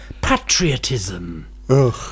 patriotism